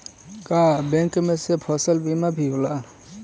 का बैंक में से फसल बीमा भी होला?